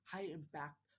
High-impact